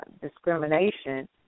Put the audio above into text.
discrimination